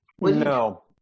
no